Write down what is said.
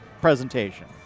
presentation